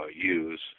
use